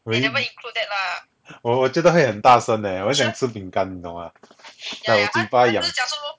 really meh oh 我觉得会很大声 eh 我很想吃饼干你懂 mah like 我嘴巴痒